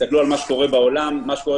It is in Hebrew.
תסתכלו על מה שקורה בעולם מה שקורה